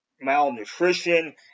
malnutrition